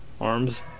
arms